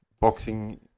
boxing